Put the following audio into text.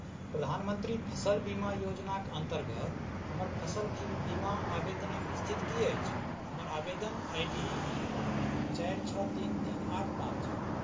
प्रधानमन्त्री फसल बीमा योजनाक अन्तर्गत हमर फसल बीमा आवेदनक स्थिति की अछि हमर आवेदन आई डी चारि छओ तीन तीन आठ पाँच